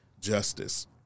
justice